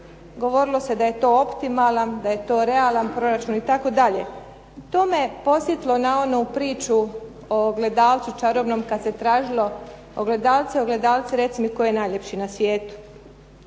govorilo se da je to optimalan, da je to realan proračun itd. To me podsjetilo na onu priču o ogledalcu čarobnom kada se tražilo "Ogledalce, ogledalce, reci mi tko je najljepši na svijetu".